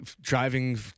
Driving